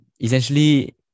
essentially